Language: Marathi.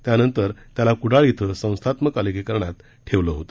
त्यानंतर त्याला कुडाळ इथं संस्थात्मक अलगीकरणात ठेवण्यात आले होत